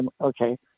okay